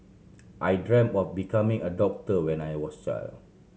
I dreamt of becoming a doctor when I was child